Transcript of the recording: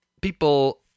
people